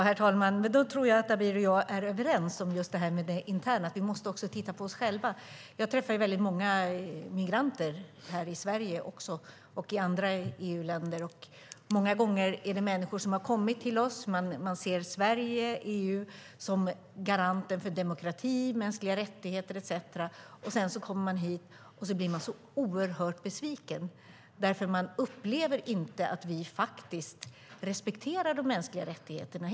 Herr talman! Då tror jag att Abir och jag är överens om just det här med det interna, att vi också måste titta på oss själva. Jag träffar många migranter här i Sverige och i andra EU-länder. Många gånger är det människor som har kommit till oss. De ser Sverige och EU som garanter för demokrati, mänskliga rättigheter etcetera. Sedan kommer de hit och blir oerhört besvikna, för de upplever inte att vi faktiskt respekterar de mänskliga rättigheterna.